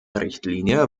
richtlinie